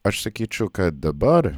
aš sakyčiau kad dabar